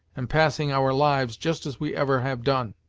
and passing our lives just as we ever have done?